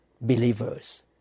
believers